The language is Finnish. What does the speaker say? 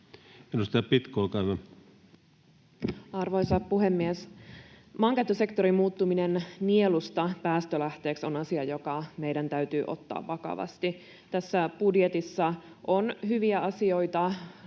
Arvoisa puhemies! Maankäyttösektorin muuttuminen nielusta päästölähteeksi on asia, joka meidän täytyy ottaa vakavasti. Tässä budjetissa on hyviä asioita